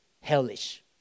hellish